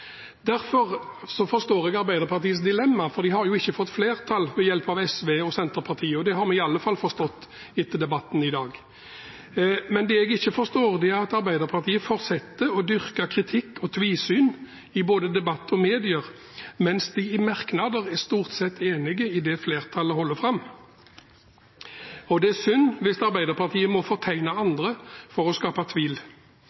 forstår jeg Arbeiderpartiets dilemma, for de har jo ikke fått flertall ved hjelp av SV og Senterpartiet – det har vi iallfall forstått etter debatten i dag. Men det jeg ikke forstår, er at Arbeiderpartiet fortsetter å dyrke kritikk og tvisyn i både debatt og medier, mens de i merknader stort sett er enig i det flertallet holder fram. Det er synd hvis Arbeiderpartiet må fortegne andre for å skape tvil.